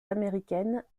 américaines